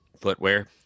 footwear